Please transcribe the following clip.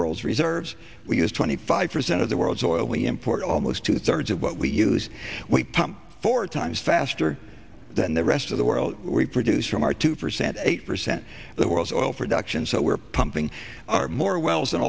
world's reserves we use twenty five percent of the world's oil we import almost two thirds of what we use we pump four times faster than the rest of the world we produce from our two percent eight percent of the world's oil production so we're pumping our more wells and